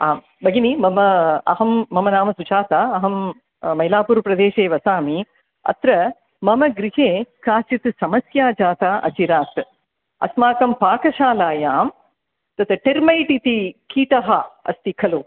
आं भगिनि मम अहं मम नाम सुजाता अहं मैलापुरप्रदेशे वसामि अत्र मम गृहे काचित् समस्या जाता अचिरात् अस्माकं पाकशालायां तत् टिर्मैट् इति कीटः अस्ति खलु